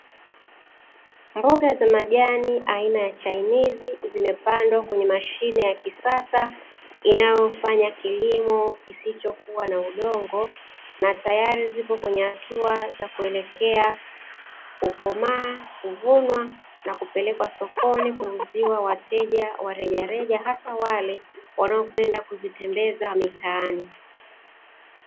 Mboga za majani aina ya chainizi zimepandwa kwenye mashine ya kisasa inayofanya kilimo kisichokuwa na udongo. Na tayari zipo kwenye hatua za kuelekea kukomaa, kuvunwa na kupelekwa sokoni kuuziwa wateja wa rejareja, hasa wale wanaokwenda kuzitembeza mitaani.